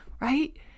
right